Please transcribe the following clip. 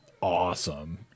awesome